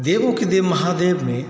देवों के देव महादेव में